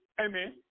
Amen